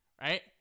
right